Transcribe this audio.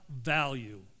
value